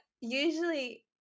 usually